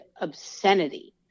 obscenity